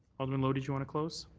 alderman lowe, did you want to close?